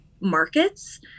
markets